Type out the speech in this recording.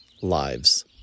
lives